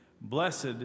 Blessed